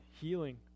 healing